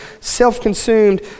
self-consumed